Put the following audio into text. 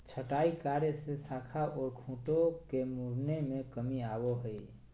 छंटाई कार्य से शाखा ओर खूंटों के मुड़ने में कमी आवो हइ